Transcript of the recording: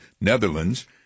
Netherlands